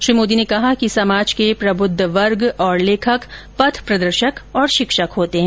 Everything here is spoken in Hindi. श्री मोदी ने कहा कि समाज के प्रब्द्ध वर्ग और लेखक पथ प्रदर्शक और शिक्षक होते हैं